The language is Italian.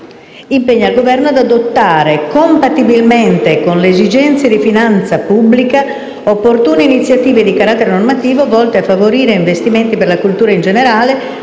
impegna il Governo ad adottare, compatibilmente con le esigenze di finanza pubblica, opportune iniziative di carattere normativo, volte a favorire investimenti per la cultura in generale